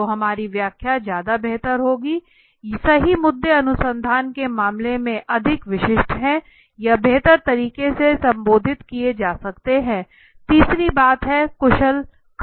तो हमारी व्याख्या ज्यादा बेहतर होंगी सही मुद्दे अनुसंधान के मामले को अधिक विशिष्ट हैं यह बेहतर तरीके से संबोधित किए जा सकते हैं तीसरे बात है कुशल खर्च